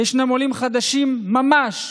וישנם עולים חדשים ממש,